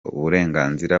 uburenganzira